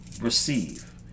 receive